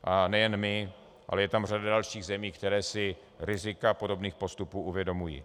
A nejen my, ale je tam řada dalších zemí, které si rizika podobných postupů uvědomují.